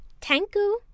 Tanku